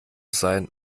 sein